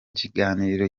kiganiro